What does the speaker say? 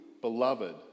beloved